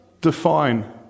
define